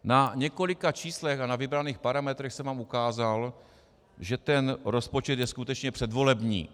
Na několika číslech a na vybraných parametrech jsem vám ukázal, že ten rozpočet je skutečně předvolební.